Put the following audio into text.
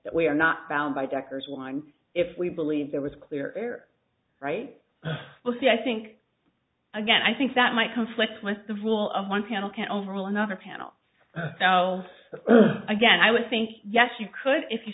that we are not bound by deckers one if we believe there was clear air right we'll see i think again i think that might conflict with the rule of one panel can overrule another panel so again i would think yes you could if you